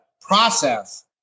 process